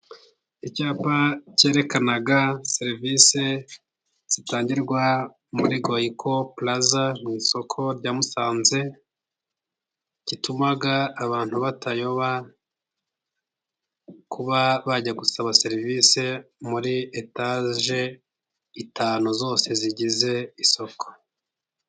Icyapa cyerekanaga serivisi zitangirwa muri GOYIKO pulaza, mu isoko rya musanze gituma abantu batayoba, kuba bajya gusaba serivisi muri etaje eshanu zose zigize isoko.